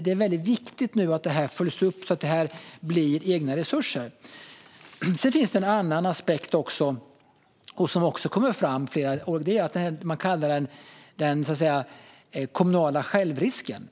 Det är viktigt att detta nu följs upp så att det blir egna resurser. Det finns en annan aspekt som också kommer fram, nämligen det man kallar den kommunala självrisken.